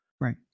Right